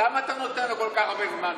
למה אתה נותן לו כל כך הרבה זמן,